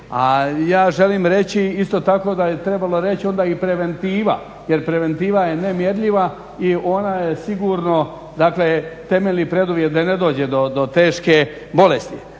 ja želim reći isto tako da je trebalo reć onda i preventiva jer preventiva je nemjerljiva i ona je sigurno dakle temeljni preduvjet da ne dođe do teške bolesti.